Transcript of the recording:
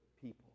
people